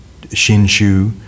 Shinshu